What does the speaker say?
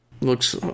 Looks